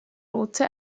rote